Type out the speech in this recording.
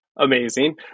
amazing